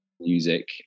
music